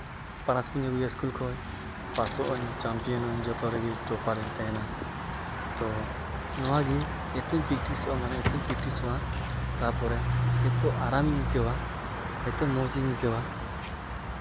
ᱯᱟᱥ ᱠᱤᱫᱟᱹᱧ ᱥᱠᱩᱞ ᱠᱷᱚᱡ ᱯᱟᱥᱚᱜᱼᱟᱹᱧ ᱪᱟᱢᱯᱤᱭᱟᱱᱚᱜᱼᱟᱹᱧ ᱡᱚᱛᱚ ᱨᱮᱜᱮ ᱴᱚᱯᱟᱨᱤᱧ ᱛᱟᱦᱮᱱᱟ ᱛᱚ ᱱᱚᱣᱟᱜᱮ ᱢᱟᱱᱮ ᱮᱛᱚᱧ ᱯᱨᱮᱠᱴᱤᱥᱚᱜᱼᱟ ᱢᱟᱱᱮ ᱮᱛᱚᱧ ᱯᱨᱮᱠᱴᱤᱥᱚᱜᱼᱟ ᱛᱟᱯᱚᱨᱮ ᱮᱛᱚ ᱟᱨᱟᱢᱤᱧ ᱟᱹᱭᱠᱟᱹᱣᱟ ᱮᱛᱚ ᱢᱚᱡᱤᱧ ᱵᱩᱡᱷᱟᱹᱣᱟ